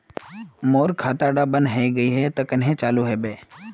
मोर खाता डा बन है गहिये ते कन्हे चालू हैबे?